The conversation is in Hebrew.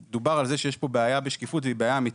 דובר על זה שיש פה בעיה של שקיפות והיא בעיה אמיתית,